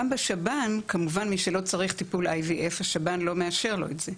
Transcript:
גם בשב"ן כמובן מי שלא צריך טיפול IVF השב"ן לא מאשר לו את זה.